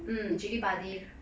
mm chilli padi